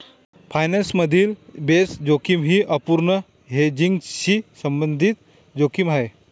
finance मधील base जोखीम ही अपूर्ण हेजिंगशी संबंधित जोखीम आहे